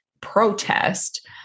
protest